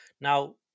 Now